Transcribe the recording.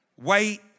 Wait